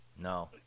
No